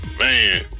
man